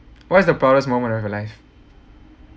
what is the proudest moment of your life